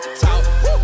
talk